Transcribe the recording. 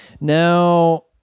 Now